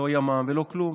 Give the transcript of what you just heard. לא ימ"ם ולא כלום.